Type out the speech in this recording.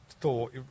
thought